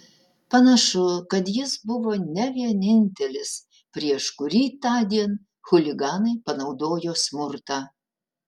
panašu kad jis buvo ne vienintelis prieš kurį tądien chuliganai panaudojo smurtą